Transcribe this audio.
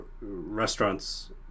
restaurants